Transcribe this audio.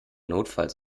notfalls